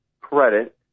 credit